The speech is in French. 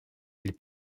ils